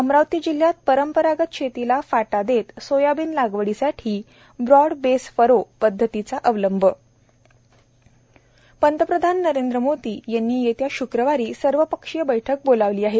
अमरावती जिल्ह्यात परंपरागत शेतीला फटदेत सोयाबीन लागवडीसाठी ब्रॉड बेस फरो पद्धतीचा अवलंब प्रधानमंत्री नरेंद्र मोदी यांनी येत्या श्क्रवारी सर्वपक्षीय बैठक बोलावली आहे